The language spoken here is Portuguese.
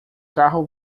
carro